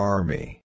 Army